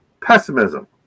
pessimism